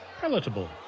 palatable